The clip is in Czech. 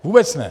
Vůbec ne!